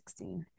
2016